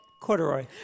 Corduroy